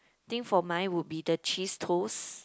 think for mine would be the cheese toast